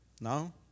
No